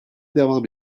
devam